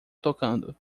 tocando